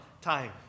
time